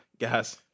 Guys